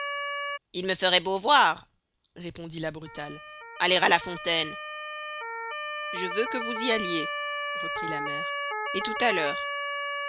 il me feroit beau voir répondit la brutale aller à la fontaine je veux que vous y alliez reprit la mere et tout à l'heure